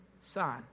Son